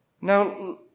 Now